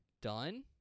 done